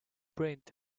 print